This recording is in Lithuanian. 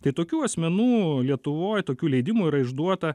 tai tokių asmenų lietuvoj tokių leidimų yra išduota